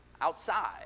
Outside